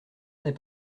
n’est